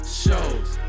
shows